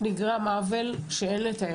נגרם עוול שאין לתאר,